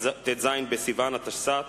ט"ז בסיוון התשס"ט,